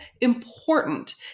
important